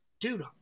dude